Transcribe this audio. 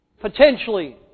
Potentially